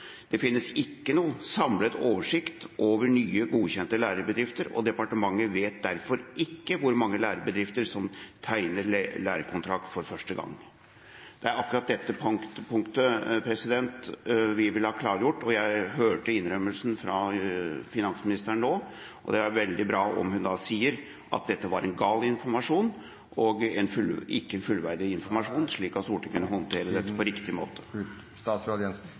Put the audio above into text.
ikke finnes noen samlet oversikt over nye godkjente lærebedrifter, og departementet vet derfor ikke hvor mange lærebedrifter som tegner lærekontrakt for første gang. Det er akkurat dette punktet vi vil ha klargjort, og jeg hørte nå innrømmelsen fra finansministeren. Det er veldig bra om hun sier at dette var en gal og ikke fullverdig informasjon, slik at Stortinget kan håndtere dette på riktig måte.